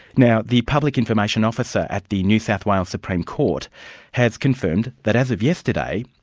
now the public information officer at the new south wales supreme court has confirmed that as of yesterday,